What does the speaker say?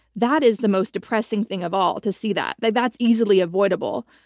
that is the most depressing thing of all, to see that. like that's easily avoidable.